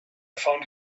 found